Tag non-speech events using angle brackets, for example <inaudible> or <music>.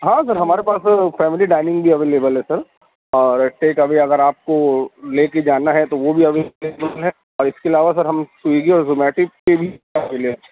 ہاں سر ہمارے پاس فیملی ڈائننگ بھی اویلبل ہے سر اور ٹیک اوے اگر آپ کو لے جانا ہے تو وہ بھی اویلبل ہے اس کے علاوہ سر ہم سویگی اور زوماٹی سے بھی <unintelligible>